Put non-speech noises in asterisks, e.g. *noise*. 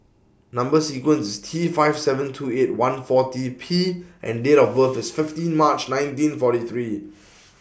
Number sequence IS T five seven two eight one forty P and Date of *noise* birth IS fifteen March nineteen forty three